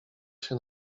się